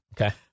Okay